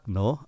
no